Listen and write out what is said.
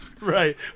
Right